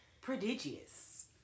prodigious